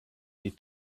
die